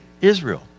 Israel